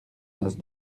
noz